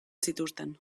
zituzten